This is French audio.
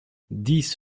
dix